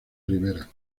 ribera